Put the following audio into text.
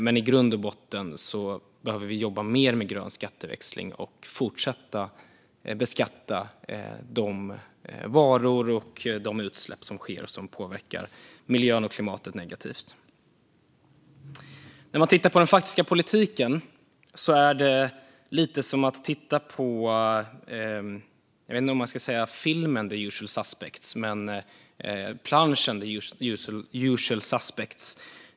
Men i grund och botten behöver vi jobba mer med grön skatteväxling och fortsätta beskatta de varor och de utsläpp som sker som påverkar miljön och klimatet negativt. Att titta på den faktiska politiken är lite som att titta på planschen för filmen The Usual Suspects .